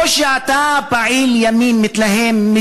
או שאתה פעיל ימין מתלהם,